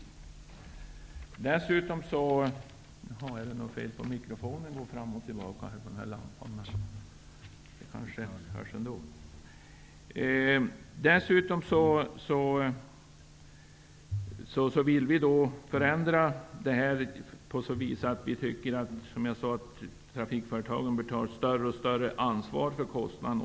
Från utskottet anser vi att detta var fel därför att man först och främst måste ha en alltför stor administration för att kunna genomföra detta, och en för stor del av pengarna skulle gå bort till byråkrati. Dessutom vill vi förändra detta genom att trafikföretagen tar ett större och större ansvar för kostnaderna.